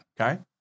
Okay